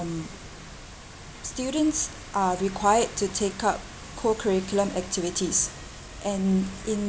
students are required to take up co-curriculum activities and in